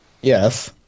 Yes